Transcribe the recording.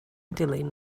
dilyn